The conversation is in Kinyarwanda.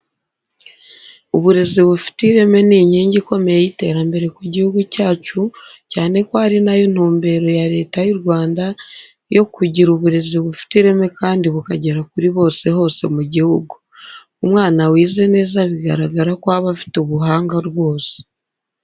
Uburezi bufite ireme ni inkingi ikomeye y'iterambere ku gihugu cyacu cyane ko ari nayo ntumbero ya Leta y'u Rwanda yo kugita uburezi bufite ireme kandi bukagera kuri bose hose mu gihugu. Umwana wize neza bigaragara ko aba afite ubuhanga rwose.